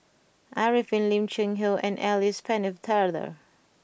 Arifin Lim Cheng Hoe and Alice Pennefather